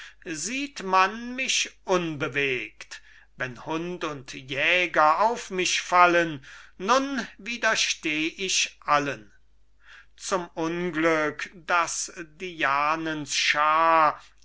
sieht man mich unbewegt wenn hund und jäger auf mich fallen nun widersteh ich allen zum unglück daß dianens